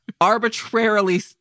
arbitrarily